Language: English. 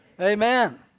Amen